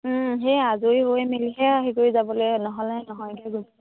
সেই আজৰি হৈ মেলিহে আহি কৰি যাবলে নহ'লে নহয়গে গৈ